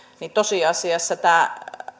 niin tosiasiassa tämä